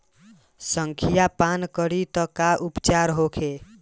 संखिया पान करी त का उपचार होखे?